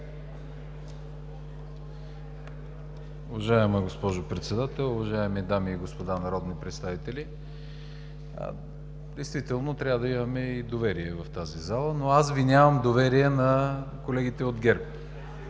Уважаема госпожо Председател, уважаеми дами и господа народни представители! Действително трябва да имаме и доверие в тази зала, но аз Ви нямам доверие на колегите от ГЕРБ.